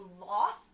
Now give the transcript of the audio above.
lost